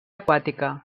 aquàtica